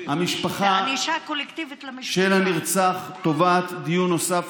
המשפחה של הנרצח תובעת דיון נוסף,